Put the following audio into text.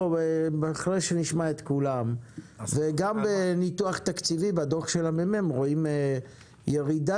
גם בניתוח תקציבי בדו"ח של הממ"מ רואים ירידה